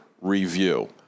review